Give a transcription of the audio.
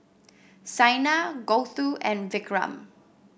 Saina Gouthu and Vikram